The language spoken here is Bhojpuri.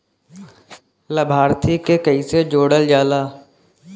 लभार्थी के कइसे जोड़ल जाला?